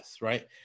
right